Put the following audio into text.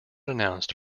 announced